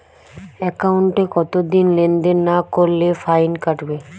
একাউন্টে কতদিন লেনদেন না করলে ফাইন কাটবে?